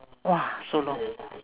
!wah! so long